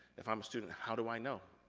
if i'm a student, how do i know?